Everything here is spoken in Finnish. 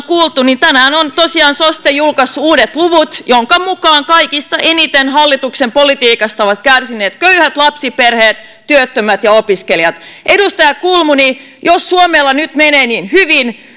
kuultu tänään on tosiaan soste julkaissut uudet luvut joiden mukaan kaikista eniten hallituksen politiikasta ovat kärsineet köyhät lapsiperheet työttömät ja opiskelijat edustaja kulmuni jos suomella nyt menee niin hyvin